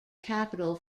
capital